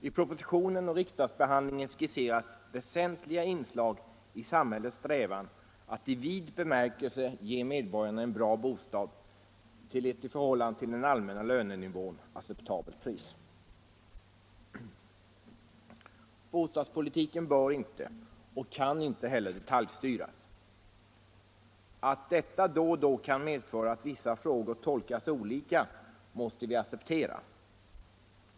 I propositionen och riksdagsbehandlingen skisseras väsentliga inslag i samhällets strävan att i vid bemärkelse ge medborgarna en bra bostad till ett i förhållande till den allmänna lönenivån acceptabelt pris. Bostadspolitiken bör inte och kan inte heller detaljstyras. Att detta då och då kan medföra att vissa frågor tolkas olika måste vi acceptera.